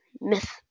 myth